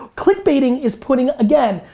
clickbaiting is putting, again,